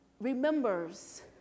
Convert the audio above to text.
remembers